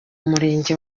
murenge